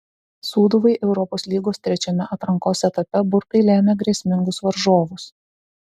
sūduvai europos lygos trečiame atrankos etape burtai lėmė grėsmingus varžovus